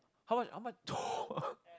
how much how much